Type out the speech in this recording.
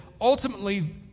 ultimately